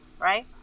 right